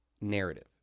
narrative